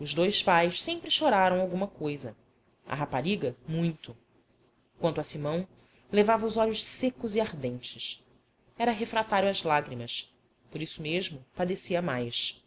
os dois pais sempre choraram alguma coisa a rapariga muito quanto a simão levava os olhos secos e ardentes era refratário às lágrimas por isso mesmo padecia mais